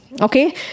Okay